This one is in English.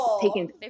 taking